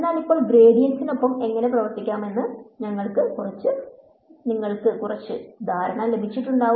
അതിനാൽ ഇപ്പോൾ ഗ്രേഡിയന്റിനൊപ്പം എങ്ങനെ പ്രവർത്തിക്കാമെന്ന് നിങ്ങൾക്ക് കുറച്ച് ധാരണ ലഭിച്ചു